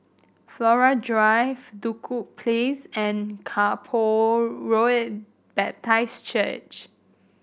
Flora Drive Duku Place and Kay Poh Road Baptist Church